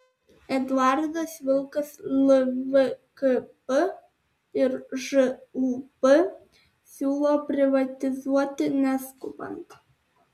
eduardas vilkas lvkb ir žūb siūlo privatizuoti neskubant